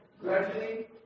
gradually